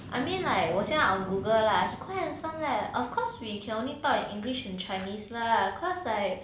I mean like 我现在 on google lah he quite handsome leh of course we can only talk in english and chinese lah cause like